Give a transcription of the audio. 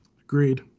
Agreed